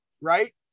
right